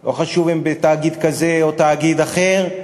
לא חשוב אם בתאגיד כזה או תאגיד אחר,